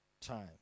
time